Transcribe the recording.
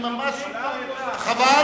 אני ממש, השר ארדן, חבל.